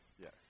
yes